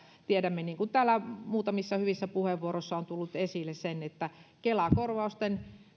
tiedämme niin kuin täällä muutamissa hyvissä puheenvuoroissa on tullut esille että kela korvausten